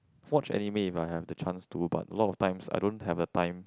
watch anime but I have the chance to but a lot of times I don't have a time